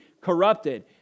corrupted